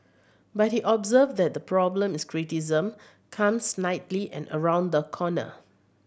but he observed that the problem is criticism comes snidely and round the corner